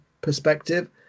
perspective